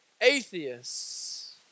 atheists